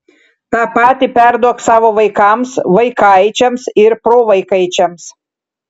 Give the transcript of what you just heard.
tą patį perduok savo vaikams vaikaičiams ir provaikaičiams